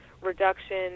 reduction